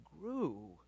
grew